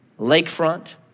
lakefront